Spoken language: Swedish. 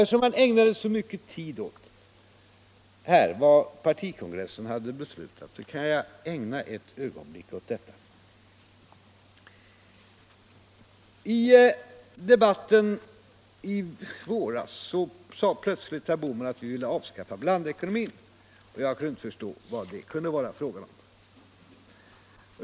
Eftersom herr Bohman ägnade så mycket tid här åt vad partikongressen beslutar kan också jag ägna några ögonblick åt det. I debatten i våras sade plötsligt herr Bohman att vi ville avskaffa blandekonomin, och jag kunde inte förstå vad det kunde vara fråga om.